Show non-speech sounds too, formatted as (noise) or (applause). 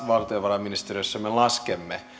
(unintelligible) valtiovarainministeriössä me laskemme